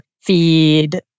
feed